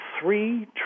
three